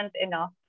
enough